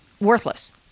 worthless